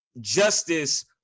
justice